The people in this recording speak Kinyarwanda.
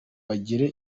bagire